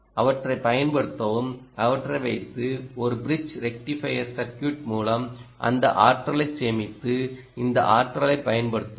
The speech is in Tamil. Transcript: அவற்றைப் பயன்படுத்தவும் அவற்றைவைத்து ஒரு பிரிட்ஜ் ரெக்டிஃபையர் சர்க்யூட் மூலம் அந்த ஆற்றலைச் சேமித்து இந்த ஆற்றலைப் பயன்படுத்தவும்